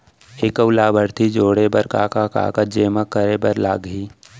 एक अऊ लाभार्थी जोड़े बर का का कागज जेमा करे बर लागही?